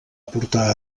portar